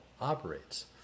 operates